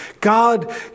God